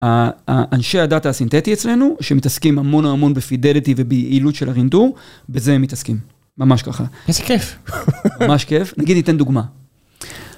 האנשי הדאטה הסינתטי אצלנו, שמתעסקים המון המון בפידליטי וביעילות של הרינדור, בזה הם מתעסקים. ממש ככה. איזה כיף. ממש כיף. נגיד, ניתן דוגמה.